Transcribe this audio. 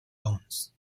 owns